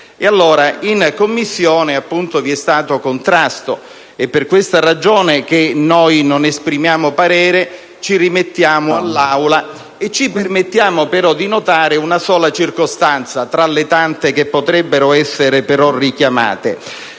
In Commissione vi è stato contrasto: per questa ragione non esprimo un parere e mi rimetto all'Assemblea. Mi permetto, però, di notare una sola circostanza, tra le tante che potrebbero essere richiamate: